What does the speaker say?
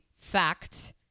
fact